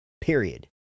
period